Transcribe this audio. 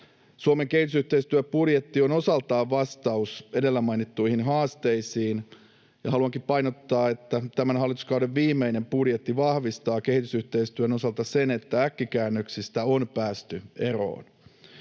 Suomen kehitysyhteistyöbudjetti on osaltaan vastaus edellä mainittuihin haasteisiin, ja haluankin painottaa, että tämän hallituskauden viimeinen budjetti vahvistaa kehitysyhteistyön osalta sen, että äkkikäännöksistä on päästy eroon.